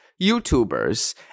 youtubers